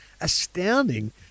astounding